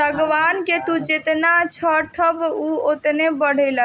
सागवान के तू जेतने छठबअ उ ओतने बढ़ेला